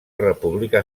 república